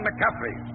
McCaffrey